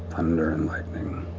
thunder and lightning.